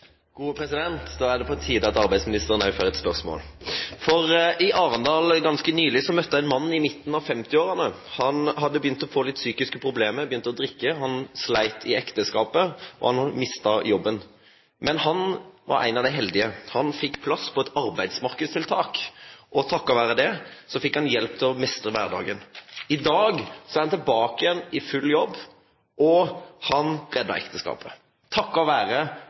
Han hadde begynt å få litt psykiske problemer, han hadde begynt å drikke, han slet i ekteskapet, og han mistet jobben. Men han var en av de heldige. Han fikk plass på et arbeidsmarkedstiltak, og takket være det fikk han hjelp til å mestre hverdagen. I dag er han tilbake i full jobb, og han reddet ekteskapet – takket være